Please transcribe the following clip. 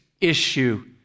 issue